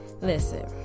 Listen